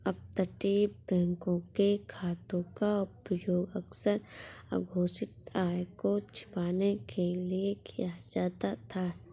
अपतटीय बैंकों के खातों का उपयोग अक्सर अघोषित आय को छिपाने के लिए किया जाता था